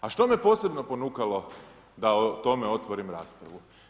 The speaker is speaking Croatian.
A što me posebno ponukalo da o tome otvorim raspravu?